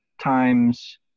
times